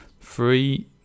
Three